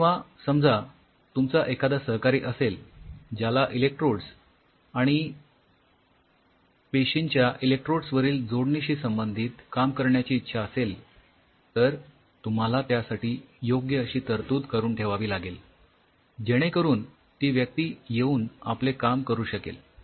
किंवा समजा तुमचा एखादा सहकारी असेल ज्याला इलेक्ट्रोड्स आणि पेशींच्या इलेक्ट्रोड्स वर जोडणी शी संबंधित काम करण्याची इच्छा असेल तर तुम्हाला त्यासाठी योग्य अशी तरतूद करून ठेवावी लागेल जेणे करून ती व्यक्ती येऊन आपले काम करू शकेल